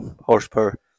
horsepower